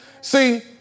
See